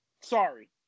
sorry